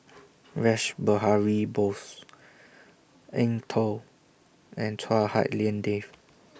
Rash Behari Bose Eng Tow and Chua Hak Lien Dave